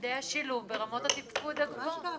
ילדי השילוב ברמות התפקוד הגבוהות.